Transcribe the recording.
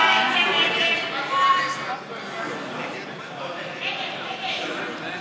ההסתייגות (1) של קבוצת סיעת מרצ לסעיף 3